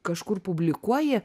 kažkur publikuoji